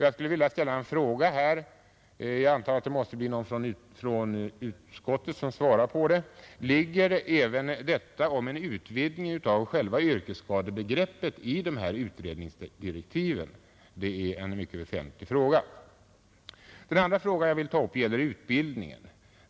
Jag skulle vilja ställa en fråga som jag antar att det måste bli någon från utskottet som besvarar: Ligger även en utvidgning av själva yrkesskadebegreppet i dessa utredningsdirektiv? Det är en mycket väsentlig fråga. Den andra saken jag vill ta upp gäller utbildningen.